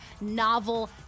novel